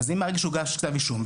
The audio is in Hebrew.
מרגע שהוגש כתב אישום,